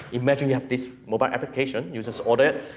imagine you have this mobile application, you just order.